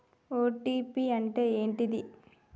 OTP అంటే ఏంటిది?